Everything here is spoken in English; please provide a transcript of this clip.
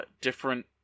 different